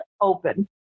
open